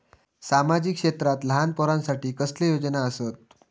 सामाजिक क्षेत्रांत लहान पोरानसाठी कसले योजना आसत?